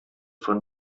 von